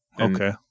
Okay